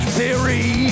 theory